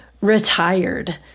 retired